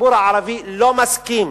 הציבור הערבי לא מסכים